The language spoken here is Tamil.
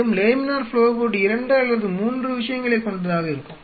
மேலும் லேமினார் ஃப்ளோ ஹூட் 2 அல்லது 3 விஷயங்களைக் கொண்டதாக இருக்கும்